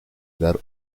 dar